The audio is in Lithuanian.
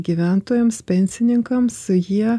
gyventojams pensininkams jie